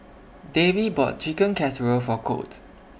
Davey bought Chicken Casserole For Colt